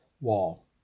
wall